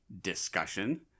discussion